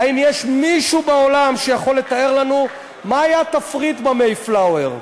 האם יש מישהו בעולם שיכול לתאר לנו מה היה התפריט ב"מייפלאואר"?